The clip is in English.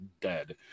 dead